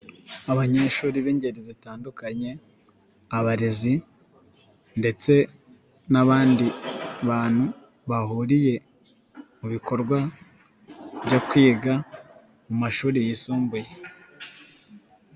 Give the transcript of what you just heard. Abanyeshuri b'ingeri zitandukanye, abarezi ndetse n'abandi bantu bahuriye mu bikorwa byo kwiga mu mashuri yisumbuye.